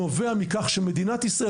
נובע מכך שמדינת ישראל,